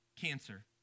cancer